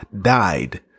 died